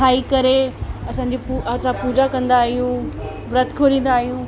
ठाहे करे असांजी असां पूॼा कंदा आहियूं विर्त खोलींदा आहियूं